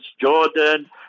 Jordan